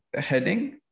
heading